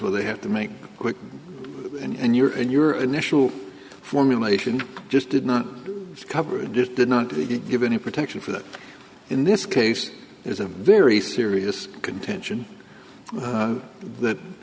where they have to make quick and your and your initial formulation just did not cover it just did not give any protection for that in this case is a very serious contention that